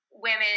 women